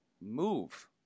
move